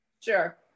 Sure